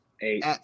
Eight